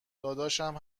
داداشم